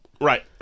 Right